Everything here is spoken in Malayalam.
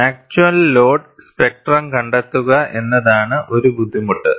ആക്ച്വൽ ലോഡ് സ്പെക്ട്രം കണ്ടെത്തുക എന്നതാണ് ഒരു ബുദ്ധിമുട്ട്